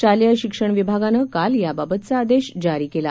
शालेय शिक्षण विभागानं काल याबाबतचा आदेश जारी केला